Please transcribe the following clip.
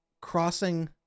crossing